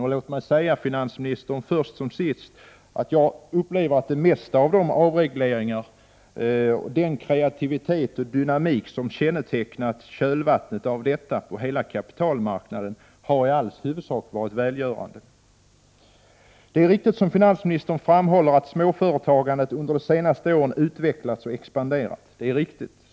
Och låt mig säga först som sist att jag upplever att det mesta av avregleringarna, och i kölvattnet av dessa den kreativitet och dynamik, som kännetecknat hela kapitalmarknaden, i all huvudsak har varit välgörande. Det är riktigt som finansministern framhåller att småföretagandet under de senaste åren utvecklats och expanderat.